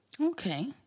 okay